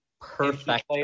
perfect